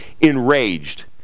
enraged